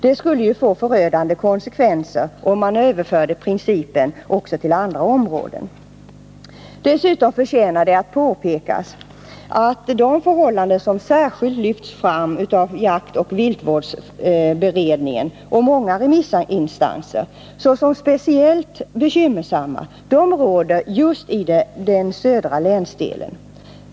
Men om man överförde den principen att fatta beslut på andra områden skulle det få förödande konsekvenser. Dessutom förtjänar det att påpekas att de förhållanden som särskilt lyfts fram av jaktoch viltvårdsberedningen och många remissinstanser såsom speciellt bekymmersamma råder just i den södra länsdelen.